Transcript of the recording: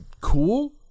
cool